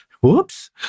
whoops